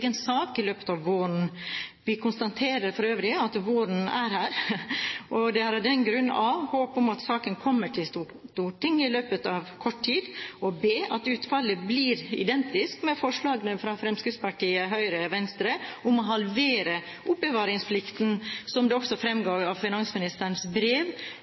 egen sak i løpet av våren. Vi konstaterer for øvrig at våren er her, og det er av den grunn a) håp om at saken kommer til Stortinget i løpet av kort tid, og b) at utfallet blir identisk med forslaget fra Fremskrittspartiet, Høyre og Venstre om å halvere oppbevaringsplikten. Som det også fremgår av finansministerens brev,